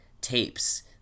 tapes